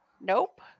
Nope